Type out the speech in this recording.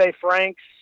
Franks